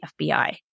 FBI